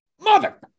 Mother